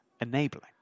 enabling